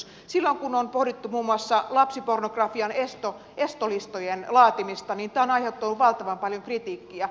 silloin kun on pohdittu muun muassa lapsipornografian estolistojen laatimista tämä on aiheuttanut valtavan paljon kritiikkiä